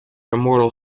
immortal